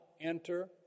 enter